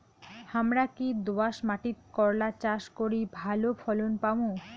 হামরা কি দোয়াস মাতিট করলা চাষ করি ভালো ফলন পামু?